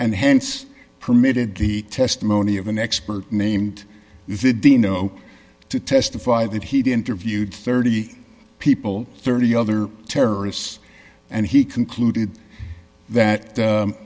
hence permitted the testimony of an expert named the dino to testify that he did interviewed thirty people thirty other terrorists and he concluded that